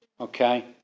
Okay